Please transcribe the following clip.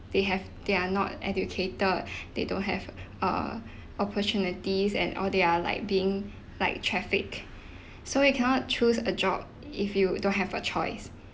they have they are not educated they don't have err opportunities and all they are like being like trafficked so you cannot choose a job if you don't have a choice